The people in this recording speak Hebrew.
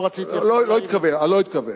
לא רציתי אפילו, אה, לא התכוון.